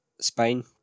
Spain